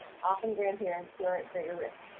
often grandparents who are at greater risk.